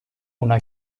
una